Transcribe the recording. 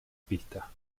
pista